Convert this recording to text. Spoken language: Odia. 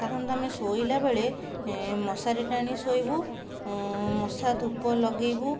ସାଧାରଣତଃ ଆମେ ଶୋଇଲା ବେଳେ ମଶାରୀ ଟାଣି ଶୋଇବୁ ମଶାଧୂପ ଲଗାଇବୁ